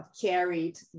carried